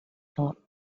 thought